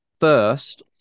First